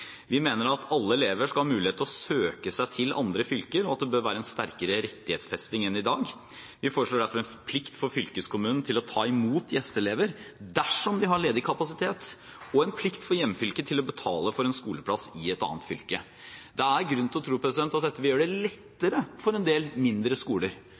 Vi mener at alle elever skal ha mulighet til å søke seg til andre fylker, og at det bør være en sterkere rettighetsfesting enn i dag. Vi foreslår derfor en plikt for fylkeskommunen til å ta imot gjesteelever dersom de har ledig kapasitet, og en plikt for hjemfylket til å betale for en skoleplass i et annet fylke. Det er grunn til å tro at dette vil gjøre det lettere for en del mindre skoler,